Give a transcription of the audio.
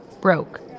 broke